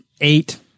eight